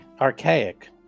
Archaic